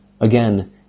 Again